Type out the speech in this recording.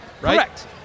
Correct